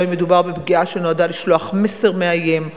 גם אם מדובר בפגיעה שנועדה לשלוח מסר מאיים,